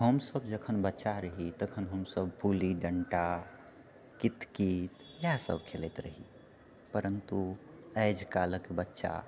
हमसभ जखन बच्चा रही तखन हमसभ गुल्ली डन्टा कितकित इएहसभ खेलैत रही परन्तु आइकाल्हिके बच्चा